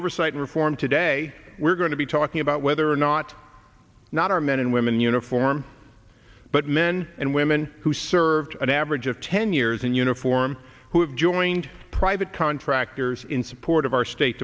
oversight reform today we're going to be talking about whether or not not our men and women in uniform but men and women who served an average of ten years in uniform who have joined private contractors in support of our state